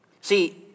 See